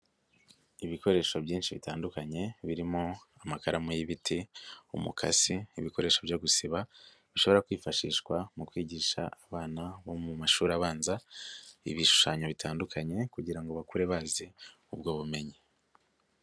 lbikoresho byinshi bitandukanye ,birimo; amakaramu y'ibiti, umukasi, ibikoresho byo gusiba, bishobora kwifashishwa mu kwigisha abana bo mu mashuri abanza ibishushanyo bitandukanye, kugira ngo bakure bazi ubwo bumenyi.